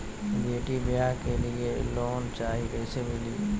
बेटी ब्याह के लिए लोन चाही, कैसे मिली?